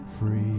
free